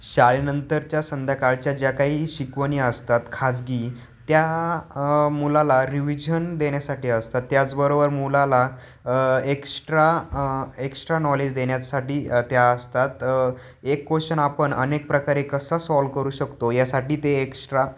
शाळेनंतरच्या संध्याकाळच्या ज्या काही शिकवणी असतात खाजगी त्या मुलाला रिविझन देण्यासाठी असतात त्याचबरोबर मुलाला एक्स्ट्रा एक्स्ट्रा नॉलेज देण्यासाठी त्या असतात एक क्वेश्चन आपण अनेक प्रकारे कसा सॉल्व करू शकतो यासाठी ते एक्श्ट्रा